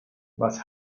was